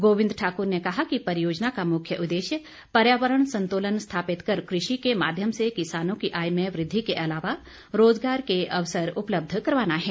गोविंद ठाक्र ने कहा कि परियोजना का मुख्य उद्देश्य पर्यावरण संतुलन स्थापित कर कृषि के माध्यम से किसानों की आय में वृद्धि के अलावा रोज़गार के अवसर उपलब्ध करवाना है